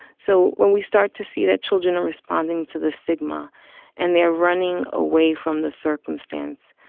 so when we start to see that children are responding to the stigma and they are running away from the circumstance,